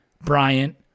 Bryant